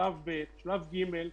שלב ב', שלב ג'.